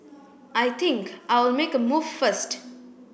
I think I'll make a move first